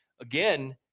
again